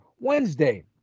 Wednesday